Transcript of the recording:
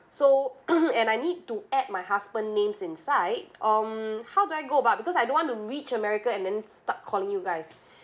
so and I need to add my husband names inside um how do I go about because I don't want to reach america and then start calling you guys